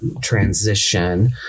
transition